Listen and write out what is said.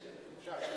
אפשר.